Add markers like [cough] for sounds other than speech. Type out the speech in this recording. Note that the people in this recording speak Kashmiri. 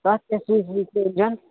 تَتھ کیٛاہ [unintelligible]